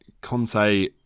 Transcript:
Conte